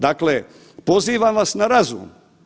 Dakle, pozivam vas na razum.